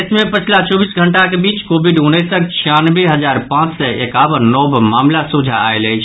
देश मे पछिला चौबीस घंटाक बीच कोविड उन्नैसक छियानवे हजार पांच सय एकावन नव मामिला सोझा आयल अछि